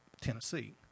Tennessee